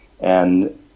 And-